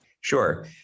Sure